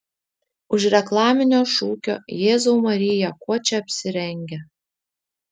už reklaminio šūkio jėzau marija kuo čia apsirengę